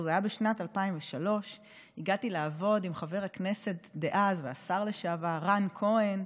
זה היה בשנת 2003. הגעתי לעבוד עם חבר הכנסת דאז והשר לשעבר רן כהן.